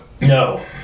No